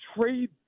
trade